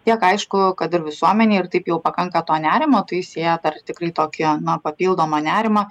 tiek aišku kad ir visuomenei ir taip jau pakanka to nerimo tai sėja dar tikrai tokį na papildomą nerimą